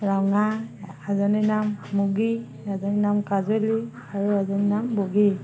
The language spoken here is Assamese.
ৰঙা এজনীৰ নাম মুগী এজনীৰ নাম কাজলী আৰু এজনীৰ নাম বগী